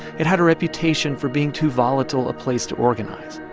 it had a reputation for being too volatile a place to organize.